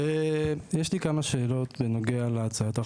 לי כמה שאלות בנוגע להצעת החוק.